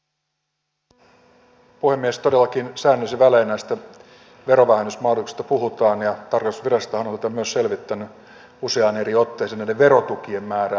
todellakin säännöllisin välein näistä verovähennysmahdollisuuksista puhutaan ja tarkastusvirastohan on myös selvittänyt useaan eri otteeseen näiden verotukien määrää